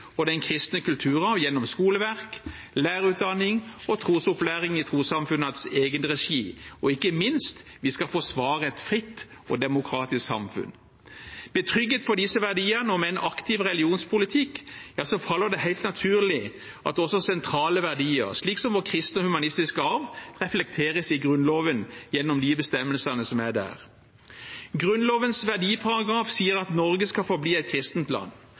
og den kristne kulturarv gjennom skoleverk, lærerutdanning og trosopplæring i trossamfunnenes egen regi. Ikke minst skal vi forsvare et fritt og demokratisk samfunn. Med trygghet for disse verdiene og med en aktiv religionspolitikk faller det helt naturlig at også sentrale verdier, som våre kristne humanistiske arv, reflekteres i Grunnloven gjennom de bestemmelsene som er der. Grunnlovens verdiparagraf sier at Norge skal forbli et kristent land.